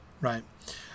right